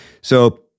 So-